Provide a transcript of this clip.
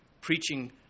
preaching